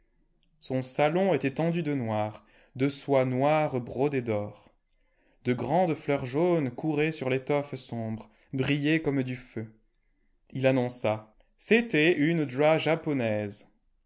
son salon était tendu de noir de soie noire brodée d'or de grandes fleurs jaunes couraient sur l'étoffe sombre brillaient comme du feu il annonça c'été une drap japonaise